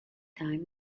time